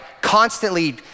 constantly